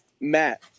Matt